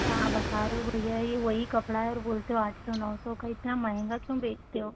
क्या बता रहे हों भैया यह वही कपड़ा और बोलते हो आठ सौ नौ सौ का इतना महँगा क्यों बेचते हो